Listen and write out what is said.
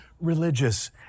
religious